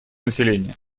населения